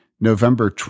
November